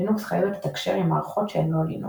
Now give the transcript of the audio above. לינוקס חייבת לתקשר עם מערכות שהן לא לינוקס.